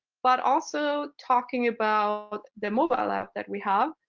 but also talking about the mobile app that we have,